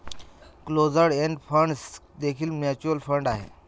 closed end funds देखील mutual fund आहेत